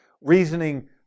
Reasoning